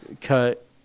cut